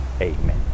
Amen